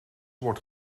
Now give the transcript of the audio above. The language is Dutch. word